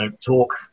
talk